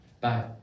bye